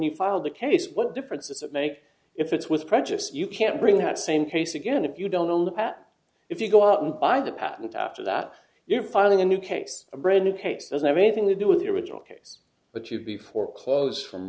you filed the case what difference does it make if it's with prejudice you can't bring that same case again if you don't own the hat if you go out and buy the patent after that you're filing a new case a brand new case doesn't have anything to do with the original case but you'd be for clothes from